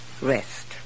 rest